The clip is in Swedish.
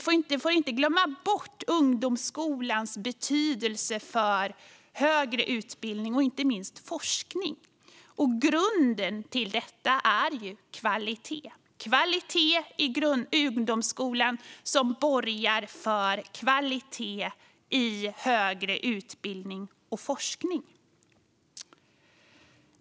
Vi får inte glömma bort ungdomsskolans betydelse för högre utbildning och inte minst för forskning. Grunden för detta är kvalitet. Kvalitet i ungdomsskolan borgar för kvalitet i högre utbildning och forskning.